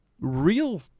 real